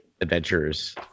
adventures